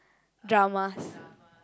dramas